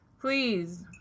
Please